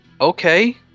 okay